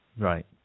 Right